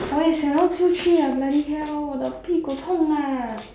我也想要出去啊 bloody hell 我的屁股痛啊